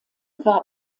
war